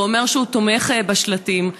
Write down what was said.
ואומר שהוא תומך בשלטים,